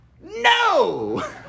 No